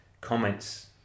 comments